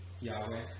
Yahweh